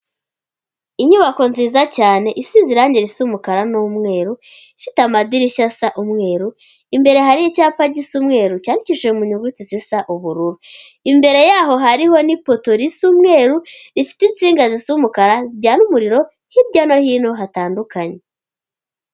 Inyubako nziza cyane isinze irangi risa umukara n'umweru, ifite amadirishya asa umweru, imbere hari icyapa gisa umweru, cyandikishije mu nyuguti zisa ubururu. Imbere yaho hariho n'ipoto risa umweru rifite insinga zisa umukara, zijyana umuriro hirya no hino hatandukanye.